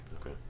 Okay